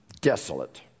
Desolate